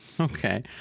Okay